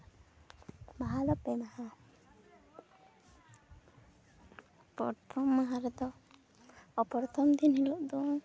ᱵᱟᱦᱟ ᱫᱚ ᱯᱮ ᱢᱟᱦᱟ ᱯᱚᱨᱛᱷᱚᱢ ᱢᱟᱦᱟ ᱨᱮᱫᱚ ᱯᱚᱨᱛᱷᱚᱢ ᱫᱤᱱ ᱦᱤᱞᱳᱜ ᱫᱚ